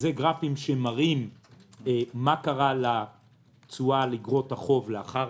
אלה גרפים שמראים מה קרה לתשואה על אגרות החוב לאחר